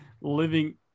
living